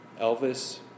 Elvis